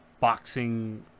boxing